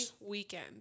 weekend